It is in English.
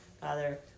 Father